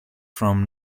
from